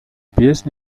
pies